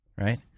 right